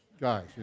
guys